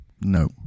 No